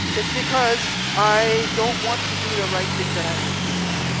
it's because i don't want to do the right thing that i need to do.